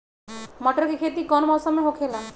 मटर के खेती कौन मौसम में होखेला?